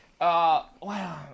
Wow